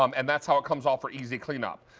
um and that's how it comes off for easy cleanup.